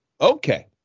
Okay